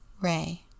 Ray